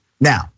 Now